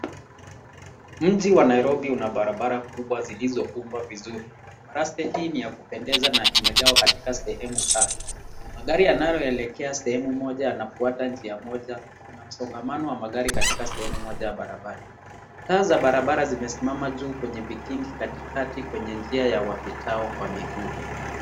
Mji wa Nairobi una barabara kubwa zilizotunzwa vizuri. Barabara hii ni ya kupendeza na imegawa katika sehemu tatu. Magari yanayoelekea sehemu moja yanafuata njia moja. Kuna msongamano wa magari katika sehemu moja ya barabara. Taa za barabara zimesimama juu kwenye vikingi katikati kwenye njia ya wapitao kwa miguu.